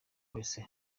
wese